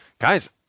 Guys